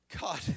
God